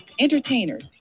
entertainers